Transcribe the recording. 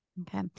Okay